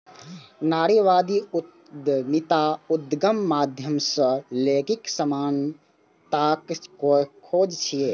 नारीवादी उद्यमिता उद्यमक माध्यम सं लैंगिक समानताक खोज छियै